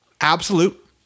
absolute